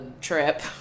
trip